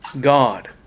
God